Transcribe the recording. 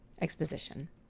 Exposition